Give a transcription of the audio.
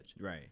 Right